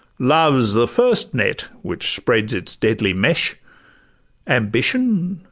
love s the first net which spreads its deadly mesh ambition,